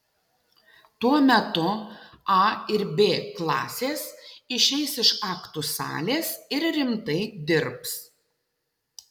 tuo metu a ir b klasės išeis iš aktų salės ir rimtai dirbs